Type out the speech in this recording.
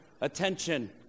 attention